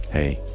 hey.